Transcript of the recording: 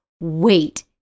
wait